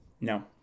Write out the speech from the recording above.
No